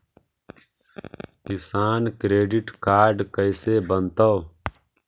किसान credit card कैसे बनतै?